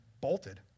bolted